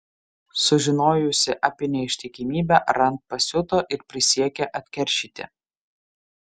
sužinojusi apie neištikimybę rand pasiuto ir prisiekė atkeršyti